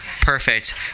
Perfect